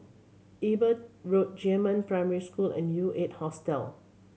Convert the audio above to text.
Eber Road Jiemin Primary School and U Eight Hostel